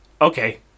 okay